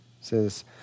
says